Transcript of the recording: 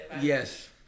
Yes